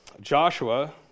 Joshua